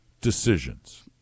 decisions